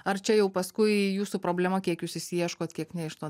ar čia jau paskui jūsų problema kiek jūs išsiieškot kiek ne iš to